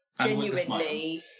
genuinely